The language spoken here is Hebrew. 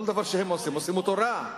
כל דבר שהם עושים, עושים אותו רע.